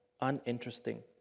uninteresting